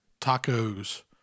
tacos